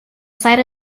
site